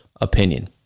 opinion